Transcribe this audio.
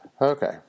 Okay